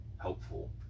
helpful